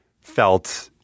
felt